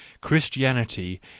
Christianity